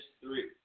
three